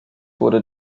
wurde